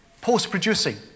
post-producing